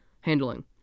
Handling